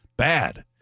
Bad